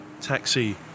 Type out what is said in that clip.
taxi